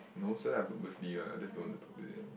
no it's just that I purposely [one] I just don't want to talk to them